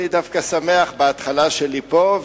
אני דווקא שמח בהתחלה שלי פה,